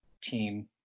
team